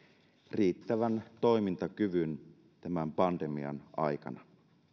riittävän toimintakyvyn tämän pandemian aikana